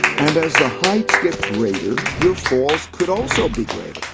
and as the heights get greater, your falls could also be greater.